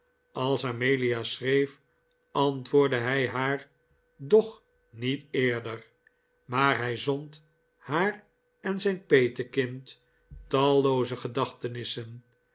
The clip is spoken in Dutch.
als amelia schreef antwoordde hij haar doch niet eerder maar hij zond haar en zijn peetkind tallooze gedachtenissen